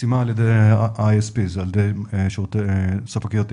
חסימה על ידי ספקיות האינטרנט.